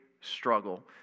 struggle